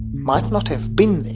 might not have been there,